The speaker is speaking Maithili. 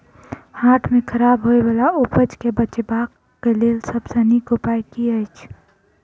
हाट मे खराब होय बला उपज केँ बेचबाक क लेल सबसँ नीक उपाय की अछि?